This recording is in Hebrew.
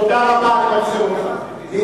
תודה רבה, להתראות.